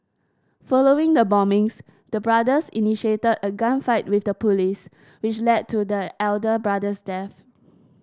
following the bombings the brothers initiated a gunfight with the police which led to the elder brother's death